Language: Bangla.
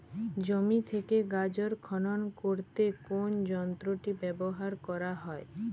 জমি থেকে গাজর খনন করতে কোন যন্ত্রটি ব্যবহার করা হয়?